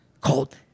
called